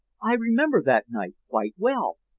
i remember that night quite well,